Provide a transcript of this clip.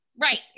Right